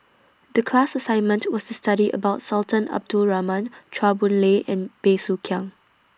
The class assignment was to study about Sultan Abdul Rahman Chua Boon Lay and Bey Soo Khiang